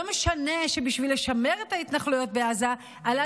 לא משנה שלשמר את ההתנחלויות בעזה עלה